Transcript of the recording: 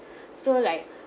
so like